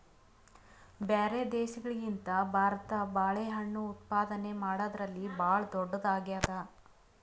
ಬ್ಯಾರೆ ದೇಶಗಳಿಗಿಂತ ಭಾರತ ಬಾಳೆಹಣ್ಣು ಉತ್ಪಾದನೆ ಮಾಡದ್ರಲ್ಲಿ ಭಾಳ್ ಧೊಡ್ಡದಾಗ್ಯಾದ